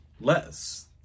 less